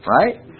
Right